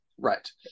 Right